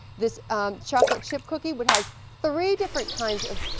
this chocolate chip cookie which has three different kinds of